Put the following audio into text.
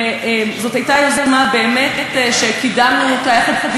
וזו הייתה יוזמה שקידמנו אותה יחד עם